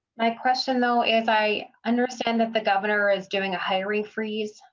my question though is i understand that the governor is getting a hiring freeze.